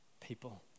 people